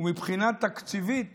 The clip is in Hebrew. מבחינה תקציבית